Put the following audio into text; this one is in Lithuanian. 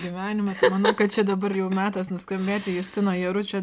gyvenime manau kad čia dabar jau metas nuskambėti justino jaručio